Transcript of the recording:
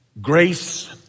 Grace